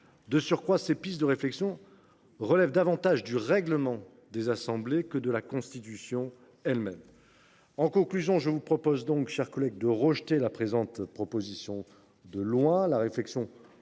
De surcroît, ces pistes de réflexion relèvent davantage du règlement des assemblées que de la Constitution elle même. D’accord. En conclusion, mes chers collègues, je vous propose de rejeter la présente proposition de loi, la réflexion